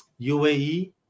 UAE